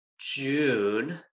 june